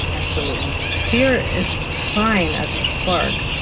absolutely fear is fine as a spark,